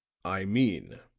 i mean,